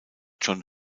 john